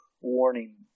warning